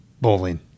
bowling